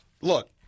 Look